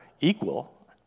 equal